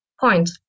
point